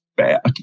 Back